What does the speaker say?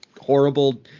horrible